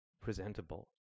presentable